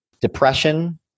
depression